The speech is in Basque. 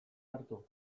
hartu